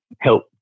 help